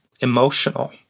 emotional